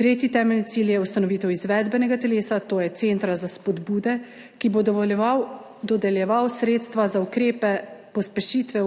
Tretji temeljni cilj je ustanovitev izvedbenega telesa, to je centra za spodbude, ki bo dodeljeval sredstva za ukrepe pospešitve